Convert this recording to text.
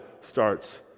starts